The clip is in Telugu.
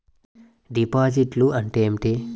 డిపాజిట్లు అంటే ఏమిటి?